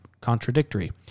contradictory